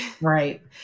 Right